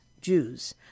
Jews